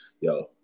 Yo